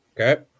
Okay